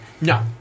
No